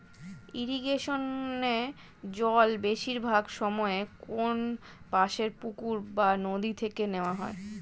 ইরিগেশনে জল বেশিরভাগ সময়ে কোনপাশের পুকুর বা নদি থেকে নেওয়া হয়